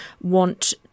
want